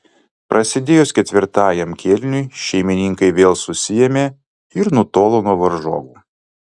prasidėjus ketvirtajam kėliniui šeimininkai vėl susiėmė ir nutolo nuo varžovų